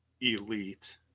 elite